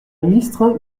ministre